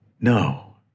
No